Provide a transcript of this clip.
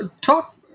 talk